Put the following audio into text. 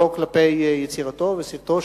לא כלפי יצירתו וסרטו,